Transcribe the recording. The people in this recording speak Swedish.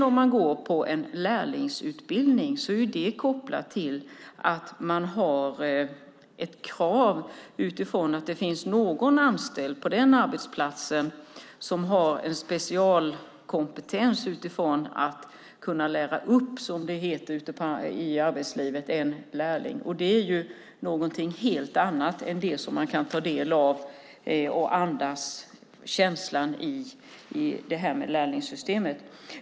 Om man går på en lärlingsutbildning är det kopplat till ett krav på att det ska finnas någon anställd på den arbetsplatsen som har en specialkompetens att lära upp en lärling, som det heter ute i arbetslivet. Det är någonting helt annat än det som man kan ta del av när man andas känslan i lärlingssystemet.